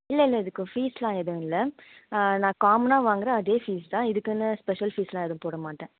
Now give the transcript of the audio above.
இல்லை இல்லை இதுக்கு ஃபீஸ் எல்லாம் எதுவும் இல்லை நான் காமன்னாக வாங்குற அதே ஃபீஸ் தான் இதுக்குன்னு ஸ்பெஷல் ஃபீஸ் எல்லாம் எதுவும் போட மாட்டேன்